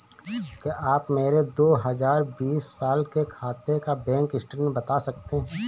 क्या आप मेरे दो हजार बीस साल के खाते का बैंक स्टेटमेंट बता सकते हैं?